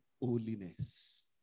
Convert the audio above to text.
holiness